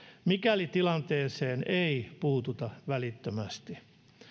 mikäli tilanteeseen ei puututa välittömästi